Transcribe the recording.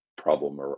problem